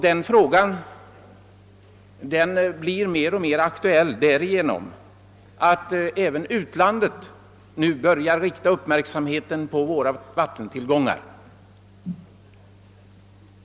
Denna fråga blir alltmer aktuell, därför att även utlandet börjar uppmärksamma våra vattentillgångar.